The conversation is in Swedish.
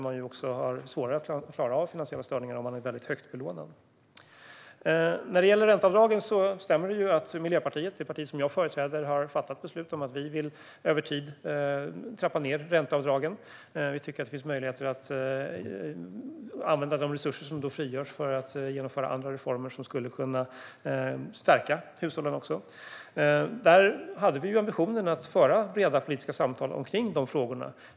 Man har också svårare att klara av finansiella störningar om man är högt belånad. När det gäller ränteavdragen stämmer det att Miljöpartiet, det parti som jag företräder, har fattat beslut om att vi över tid vill trappa ned ränteavdragen. Vi tycker att det finns möjligheter att använda de resurser som då frigörs för att genomföra andra reformer, som skulle kunna stärka hushållen. Vi hade ambitionen att föra breda politiska samtal om dessa frågor.